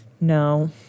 No